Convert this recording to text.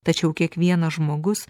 tačiau kiekvienas žmogus